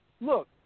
look